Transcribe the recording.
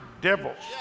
devils